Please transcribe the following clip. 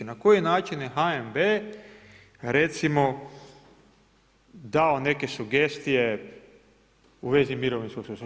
Na koji način je HNB recimo, dao neke sugestije u vezi mirovinskog sustava?